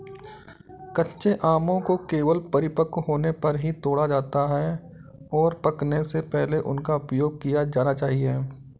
कच्चे आमों को केवल परिपक्व होने पर ही तोड़ा जाता है, और पकने से पहले उनका उपयोग किया जाना चाहिए